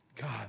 God